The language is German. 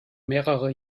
mehrere